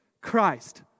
Christ